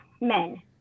men